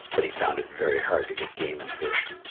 but he found it very hard to get game and fish,